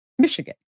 Michigan